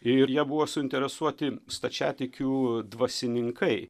ir jie buvo suinteresuoti stačiatikių dvasininkai